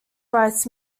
rights